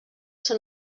són